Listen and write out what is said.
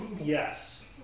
Yes